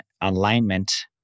alignment